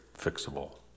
fixable